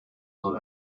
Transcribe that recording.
soll